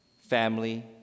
family